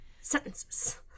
sentences